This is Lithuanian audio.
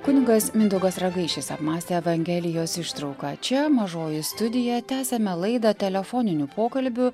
kunigas mindaugas ragaišis apmąstė evangelijos ištrauką čia mažoji studija tęsiame laidą telefoniniu pokalbiu